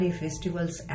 festivals